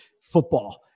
football